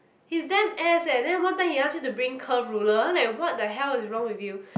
he's damn ass eh then one time he asked you to bring the curve ruler like what the hell is wrong with you